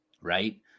Right